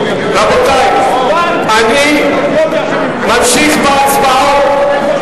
אני ממשיך בהצבעות.